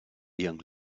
young